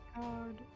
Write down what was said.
god